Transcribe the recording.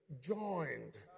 joined